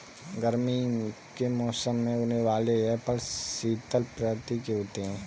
गर्मी के मौसम में उगने वाले यह फल शीतल प्रवृत्ति के होते हैं